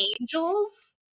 angels